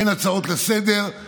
אין הצעות לסדר-היום,